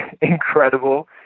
incredible